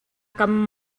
kam